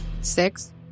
six